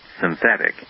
synthetic